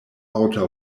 outer